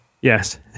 Yes